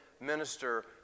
minister